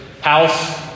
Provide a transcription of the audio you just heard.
house